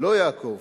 "לא יעקב